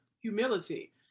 humility